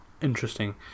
interesting